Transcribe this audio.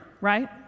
right